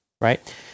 right